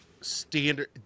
standard